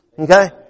Okay